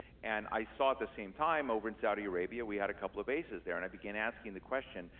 and i saw at the same time over in saudi arabia, we had a couple of bases there, and i began asking the question.